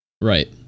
Right